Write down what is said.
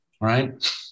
right